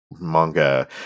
manga